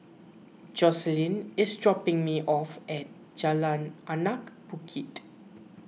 Joseline is dropping me off at Jalan Anak Bukit